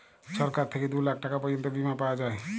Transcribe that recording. ছরকার থ্যাইকে দু লাখ টাকা পর্যল্ত বীমা পাউয়া যায়